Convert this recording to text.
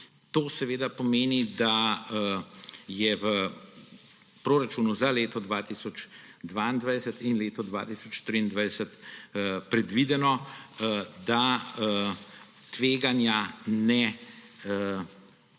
To pomeni, da je v proračunu za leto 2022 in leto 2023 predvideno, da tveganja ne